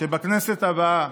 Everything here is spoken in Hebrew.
שבכנסת הבאה,